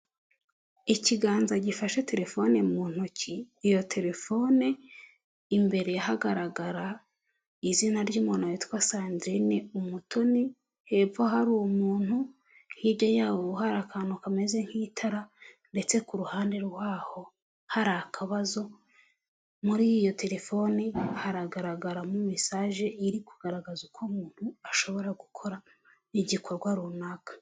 Ikiganza gifashe telefone mu ntoki, iyo telefone imbere hagaragara izina ry'umuntu witwa sandrine Umutoni, hepfo hari umuntu, hirya yaho hari akantu kameze nk'itara, ndetse ku ruhande rwaho hari akabazo, muri iyo telefoni haragaragaramo mesage iri kugaragaza uko umuntu ashobora gukora igikorwa runaka.